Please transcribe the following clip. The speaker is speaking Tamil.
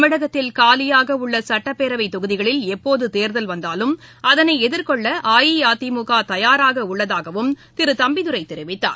தமிழகத்தில் காலியாகஉள்ளசட்டப்பேரவைதொகுதிகளில் எப்போதுதேர்தல் வந்தாலும் அதனைஎதிர்கொள்ளஅஇஅதிமுகதயாராகஉள்ளதாகவும் திருதம்பிதுரைதெரிவித்தார்